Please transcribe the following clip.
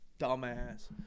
Dumbass